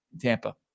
Tampa